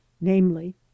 namely